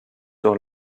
sur